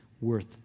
worth